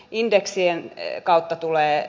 indeksien leikkautta tulee